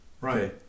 Right